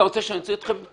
אתה רוצה שאני אוציא אתכם?